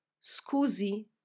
Scusi